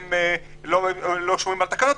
הם לא שומרים על התקנות,